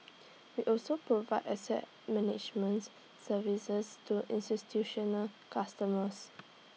we also provide asset managements services to institutional customers